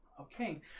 okay